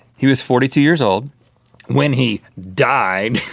he was forty two years old when he died.